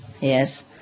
yes